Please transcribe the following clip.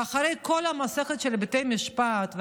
ואחרי כל המסכת של בתי המשפט,